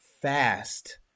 fast